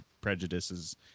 prejudices